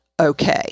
okay